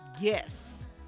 Yes